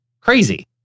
crazy